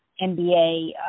NBA